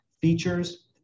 features